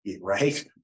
right